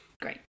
Great